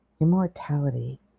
Immortality